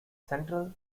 central